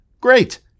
Great